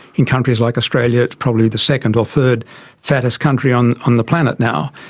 in countries like australia it's probably the second or third fattest country on on the planet now.